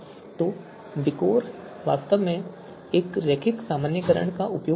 तो विकोर वास्तव में एक रैखिक सामान्यीकरण का उपयोग करता है